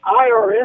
IRS